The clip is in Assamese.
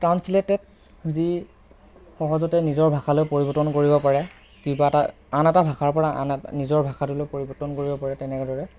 ট্ৰান্সলেটেড যি সহজতে নিজৰ ভাষালৈ পৰিবৰ্তন কৰিব পাৰে কিবা এটা আন এটা ভাষাৰ পৰা আন এটা নিজৰ ভাষাটোলৈ পৰিবৰ্তন কৰিব পাৰে তেনে দৰে